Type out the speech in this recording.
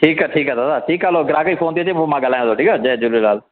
ठीकु आहे ठीकु आहे दादा ठीकु आहे हलो ग्राहक जी फोन थी अचे पोइ मां ॻाल्हायांव थो ठीकु आहे जय झूलेलाल